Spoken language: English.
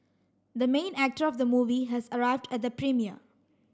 the main actor of the movie has arrived at the premiere